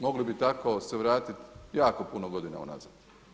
Mogli bi tako se vratit jako puno godina unazad.